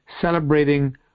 celebrating